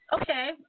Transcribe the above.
Okay